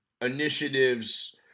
initiatives